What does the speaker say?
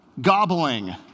gobbling